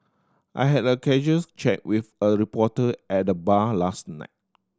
Ihad a casuals chat with a reporter at the bar last night